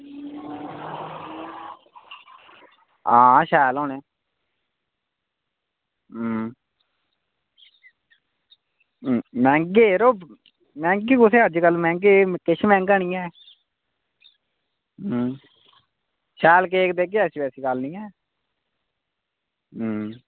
हां शैल होने मैंह्गे यरो मैंह्गे कुत्थै यरो अजकल मैंह्गा कुत्थै यरो शैल केक देगे ऐसी वैसी गल्ल निं ऐ